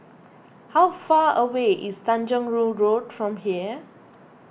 how far away is Tanjong Rhu Road from here